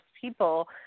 people